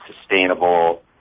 sustainable